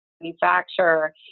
manufacturer